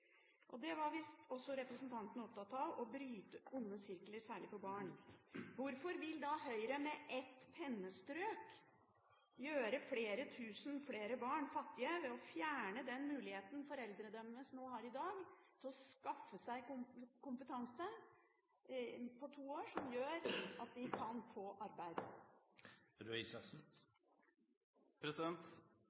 familiene. Det var visst også representanten opptatt av – å bryte onde sirkler, særlig for barn. Hvorfor vil da Høyre med ett pennestrøk gjøre flere tusen flere barn fattige ved å fjerne den muligheten foreldrene deres har i dag til å skaffe seg kompetanse på to år, som gjør at de kan få